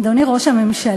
אדוני ראש הממשלה,